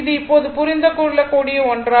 இது இப்போது புரிந்து கொள்ளக் கூடிய ஒன்றாகும்